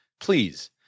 please